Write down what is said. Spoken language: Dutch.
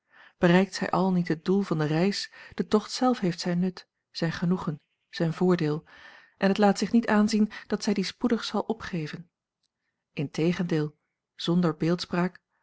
bereikt zij àl niet het doel van de reis de tocht zelf heeft zijn nut zijn genoegen zijn voordeel en het laat zich niet aanzien dat zij dien spoedig zal opgeven integendeel zonder beeldspraak